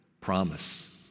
Promise